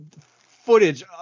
footage